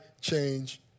change